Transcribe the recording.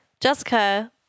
Jessica